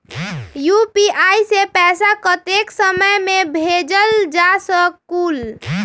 UPI से पैसा कतेक समय मे भेजल जा स्कूल?